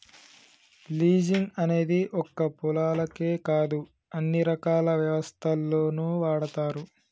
leasing అనేది ఒక్క పొలాలకే కాదు అన్ని రకాల వ్యవస్థల్లోనూ వాడతారు